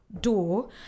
door